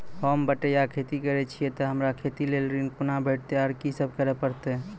होम बटैया खेती करै छियै तऽ हमरा खेती लेल ऋण कुना भेंटते, आर कि सब करें परतै?